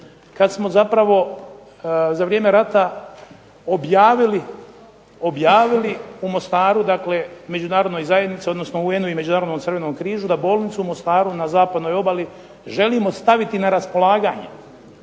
kada smo zapravo za vrijeme rata objavili u Mostaru, Međunarodnoj zajednici, odnosno UN-u i Međunarodnom Crvenom križu da bolnicu u Mostaru na zapadnoj obali želimo staviti na raspolaganje.